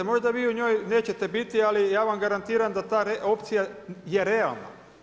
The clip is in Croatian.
Možda vi u njoj nećete biti, ali ja vam garantiram da ta opcija je realna.